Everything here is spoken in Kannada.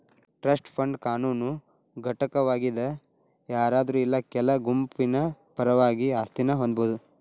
ಟ್ರಸ್ಟ್ ಫಂಡ್ ಕಾನೂನು ಘಟಕವಾಗಿದ್ ಯಾರಾದ್ರು ಇಲ್ಲಾ ಕೆಲ ಗುಂಪಿನ ಪರವಾಗಿ ಆಸ್ತಿನ ಹೊಂದಬೋದು